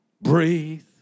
breathe